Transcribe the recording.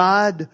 God